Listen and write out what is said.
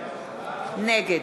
נגד